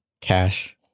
cash